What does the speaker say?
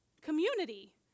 community